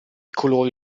colori